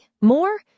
more